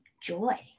joy